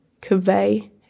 convey